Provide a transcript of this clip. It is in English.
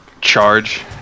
charge